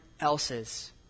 else's